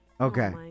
Okay